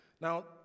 Now